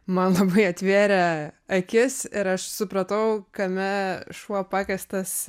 man labai atvėrė akis ir aš supratau kame šuo pakastas